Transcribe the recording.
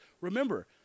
remember